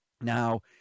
Now